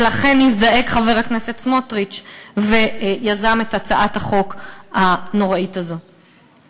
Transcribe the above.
ולכן נזדעק חבר הכנסת סמוטריץ ויזם את הצעת החוק הנוראית הזאת.